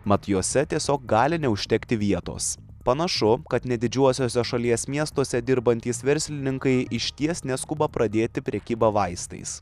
mat jose tiesiog gali neužtekti vietos panašu kad net didžiuosiuose šalies miestuose dirbantys verslininkai išties neskuba pradėti prekybą vaistais